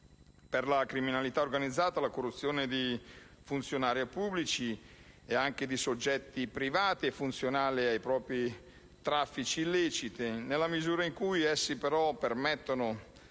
per la criminalità organizzata, la corruzione di funzionari pubblici ed anche di soggetti privati è funzionale ai propri traffici illeciti nella misura in cui però essi permettono,